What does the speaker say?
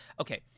okay